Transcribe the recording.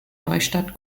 neustadt